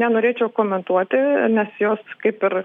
nenorėčiau komentuoti nes jos kaip ir